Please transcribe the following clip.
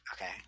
okay